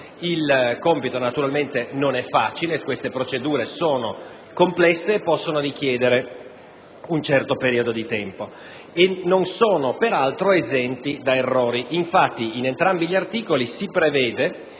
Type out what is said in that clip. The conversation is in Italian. Il compito naturalmente non è facile: queste procedure sono complesse, possono richiedere un certo periodo di tempo e, peraltro, non sono esenti da errori. Infatti, in entrambi gli articoli si prevede